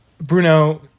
Bruno